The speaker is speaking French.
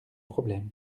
problèmes